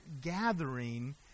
gathering